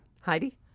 Heidi